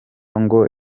ngo